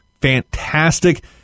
fantastic